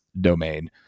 domain